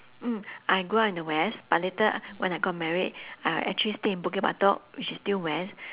mm I grew up in the west but later when I got married I actually stay in bukit batok which is still west